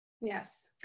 yes